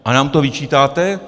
A nám to vyčítáte?